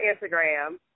Instagram